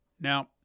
Now